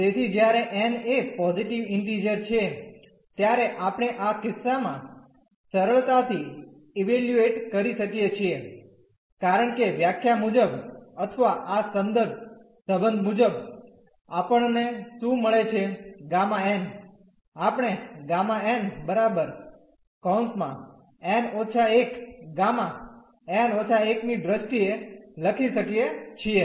તેથી જ્યારે n એ પોઝીટીવ ઇન્ટીઝર છે ત્યારે આપણે આ કિસ્સામાં સરળતાથી ઇવેલ્યુએટ કરી શકીએ છીએ કારણ કે વ્યાખ્યા મુજબ અથવા આ સંદર્ભ સંબંધ મુજબ આપણને શું મળે છે Γ n આપણે Γ n − 1 Γ n − 1 ની દ્રષ્ટિએ લખી શકીએ છીએ